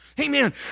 Amen